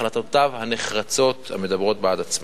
והחלטותיו הנחרצות, המדברות בעד עצמן.